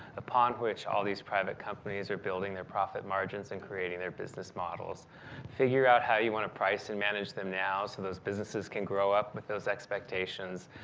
upon which all these private companies are building their profit margins and creating their business models figure out how you wanna price and manage them now. so, those businesses can grow up with those expectations.